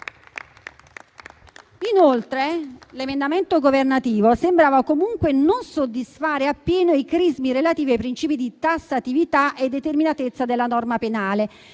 Inoltre, l'emendamento governativo sembrava comunque non soddisfare appieno i crismi relativi ai princìpi di tassatività e determinatezza della norma penale,